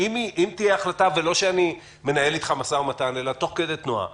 אם תהיה החלטה ולא שאני מנהל אתך משא ומתן אלא תוך כדי תנועה